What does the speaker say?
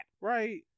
Right